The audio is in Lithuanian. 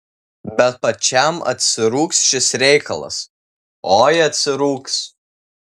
bet pačiam atsirūgs šis reikalas oi atsirūgs